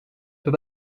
peut